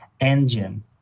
engine